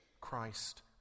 Christ